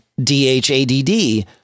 DHADD